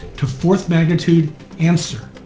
to fourth magnitude anser.